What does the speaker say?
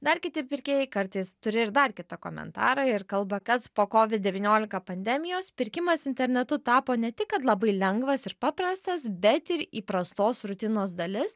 dar kiti pirkėjai kartais turi ir dar kitą komentarą ir kalba kad po covid devyniolika pandemijos pirkimas internetu tapo ne tik kad labai lengvas ir paprastas bet ir įprastos rutinos dalis